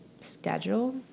schedule